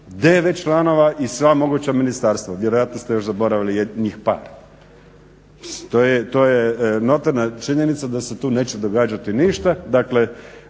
9 članova i sva moguća ministarstva. Vjerojatno ste još zaboravili njih par. To je notorna činjenica da se tu neće događati ništa,